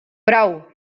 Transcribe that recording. prou